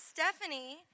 Stephanie